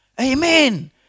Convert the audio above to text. Amen